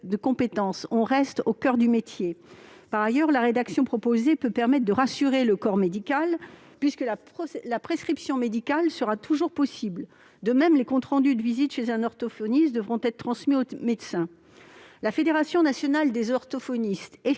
de compétences ; on reste au coeur du métier. Par ailleurs, la rédaction proposée est de nature à rassurer le corps médical, puisque la prescription médicale sera toujours possible. De même, les comptes rendus de visite chez un orthophoniste devront être transmis au médecin. La Fédération nationale des orthophonistes